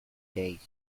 days